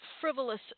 frivolous